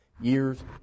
years